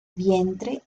vientre